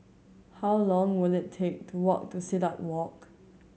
how long will it take to walk to Silat Walk